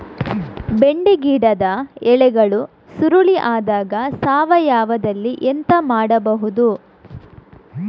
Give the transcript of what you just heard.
ಬೆಂಡೆ ಗಿಡದ ಎಲೆಗಳು ಸುರುಳಿ ಆದಾಗ ಸಾವಯವದಲ್ಲಿ ಎಂತ ಹಾಕಬಹುದು?